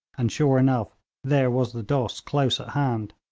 and sure enough there was the dost close at hand.